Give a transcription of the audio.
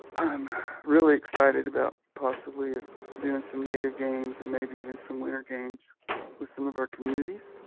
i'm really excited about possibly doing some native games and maybe even some winter games with some of our communities.